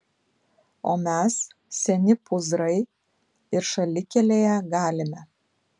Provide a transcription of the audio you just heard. o mes seni pūzrai ir šalikelėje galime